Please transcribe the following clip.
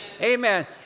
Amen